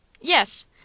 Yes